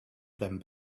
them